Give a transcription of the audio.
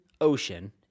ocean